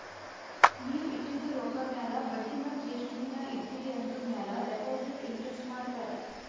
ನೀವ್ ಇಟ್ಟಿದು ರೊಕ್ಕಾ ಮ್ಯಾಲ ಬಡ್ಡಿ ಮತ್ತ ಎಸ್ಟ್ ದಿನಾ ಇಡ್ತಿರಿ ಆಂದುರ್ ಮ್ಯಾಲ ಡೆಪೋಸಿಟ್ ಇಂಟ್ರೆಸ್ಟ್ ಮಾಡ್ತಾರ